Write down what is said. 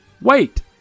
wait